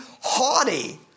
haughty